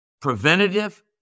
preventative